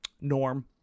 Norm